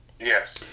Yes